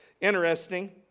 Interesting